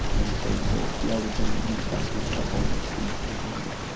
and so to be able to generate more gas makes that whole industry more viable.